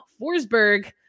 Forsberg